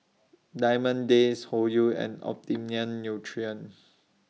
Diamond Days Hoyu and Optimum Nutrition